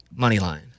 moneyline